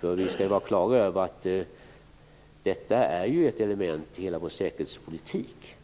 Vi skall ha klart för oss att detta är ett element i hela vår säkerhetspolitik.